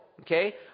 Okay